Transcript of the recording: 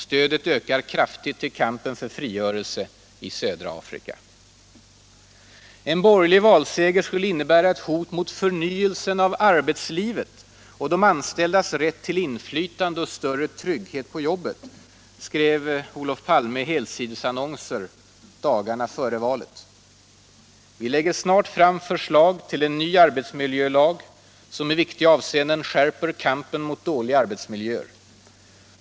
Stödet till kampen för frigörelse i södra Afrika ökar kraftigt. En borgerlig valseger skulle innebära ett hot mot förnyelsen av arbetslivet och de anställdas rätt till inflytande och större trygghet på jobbet, skrev Olof Palme i helsidesannonser dagarna före valet. Vi lägger snart fram förslag till en ny arbetsmiljölag, som i viktiga avseenden skärper kampen mot dåliga arbetsmiljöer.